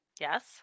Yes